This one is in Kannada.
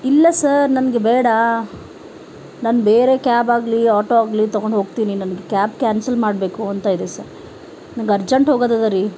ಇಲ್ಲ ಸರ್ ನಮಗೆ ಬೇಡ ನಾನು ಬೇರೆ ಕ್ಯಾಬ್ ಆಗಲಿ ಆಟೋ ಆಗಲಿ ತಗೊಂಡು ಹೋಗ್ತೀನಿ ನನಗೆ ಕ್ಯಾಬ್ ಕ್ಯಾನ್ಸಲ್ ಮಾಡಬೇಕು ಅಂತ ಇದೆ ಸರ್ ನನಗೆ ಅರ್ಜೆಂಟ್ ಹೋಗೋದದರಿ